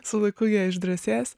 su laiku jie išdrąsės